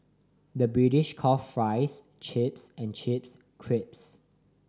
the British call fries chips and chips crisps